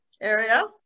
area